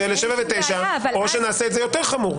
או שנעשה את זה יותר חמור.